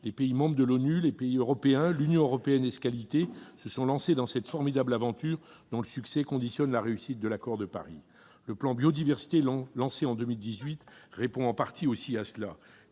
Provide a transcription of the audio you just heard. Les pays membres de l'ONU, les pays européens et l'Union européenne ès qualités se sont lancés dans cette formidable aventure dont le succès conditionne la réussite de l'accord de Paris. Le plan Biodiversité lancé en 2018 répond en partie à cet